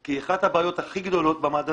כי אחת הבעיות הכי גדולות במד הזה,